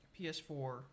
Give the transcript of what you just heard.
PS4